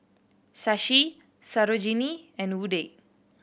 Shashi Sarojini and Udai